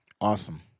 awesome